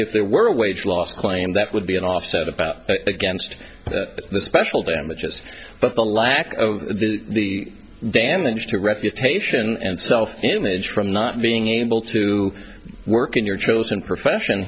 if there were a wage loss claim that would be an offset about against the special damages but the lack of the damage to reputation and self image from not being able to work in your chosen profession